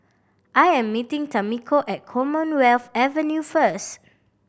I am meeting Tamiko at Commonwealth Avenue first